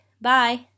Bye